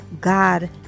God